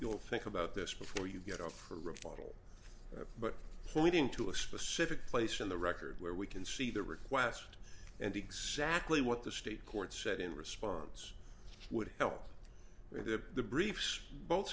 you'll think about this before you get off for revival but pointing to a specific place in the record where we can see the request and exactly what the state court said in response would help to the briefs both